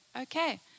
okay